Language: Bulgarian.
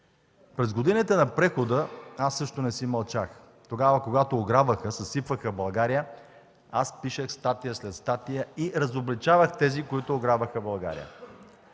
През годините на прехода аз също не си мълчах. Тогава, когато ограбваха, съсипваха България, аз пишех статия след статия и разобличавах тези, които ограбваха България.